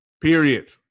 Period